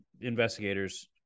investigators